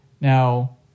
Now